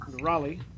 Raleigh